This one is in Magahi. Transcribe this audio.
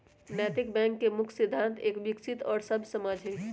नैतिक बैंक के मुख्य सिद्धान्त एक विकसित और सभ्य समाज हई